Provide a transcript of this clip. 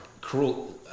cruel